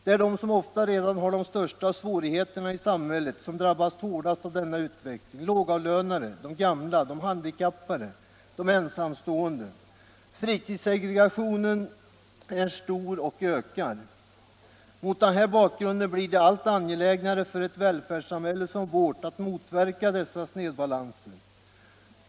De är de som ofta redan har de största svårigheterna i samhället som drabbas hårdast av denna utveckling - de lågavlönade, de gamla, de handikappade, de ensamstående. Fritidssegregationen är stor och ökar. Mot den bakgrunden blir det allt angelägnare för ett välfärdssamhälle som vårt att motverka dessa snedbalanser.